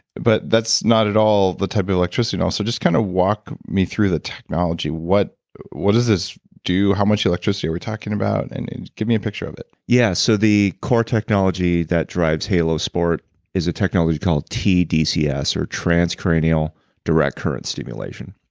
but, that's not at all the type of electricity. and so just kind of walk me through the technology. what what does this do? how much electricity are we talking about? and give me a picture of it yeah so the core technology that drives halo sport is a technology called tdcs, or transcranial direct current stimulation.